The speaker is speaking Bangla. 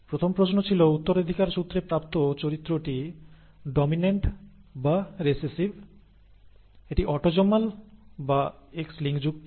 প্রথম প্রশ্ন ছিল উত্তরাধিকারসূত্রে প্রাপ্ত চরিত্রটি ডমিন্যান্ট বা রিসেসিভ এটি অটোজোমাল বা X লিঙ্কযুক্ত